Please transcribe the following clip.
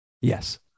Yes